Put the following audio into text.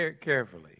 carefully